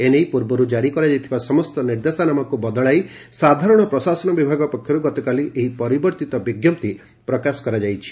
ଏ ନେଇ ପୂର୍ବରୁ କାରି କରାଯାଇଥିବା ସମସ୍ତ ନିର୍ଦ୍ଦେଶନାମାକୁ ବଦଳାଇ ସାଧାରଣ ପ୍ରଶାସନ ବିଭାଗ ପକ୍ଷରୁ ଗତକାଲି ଏହି ପରିବର୍ଭିତ ବିଙ୍କପ୍ତି ପ୍ରକାଶ ପାଇଛି